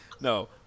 No